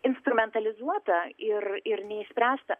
instrumentalizuota ir ir neišspręsta